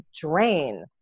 drain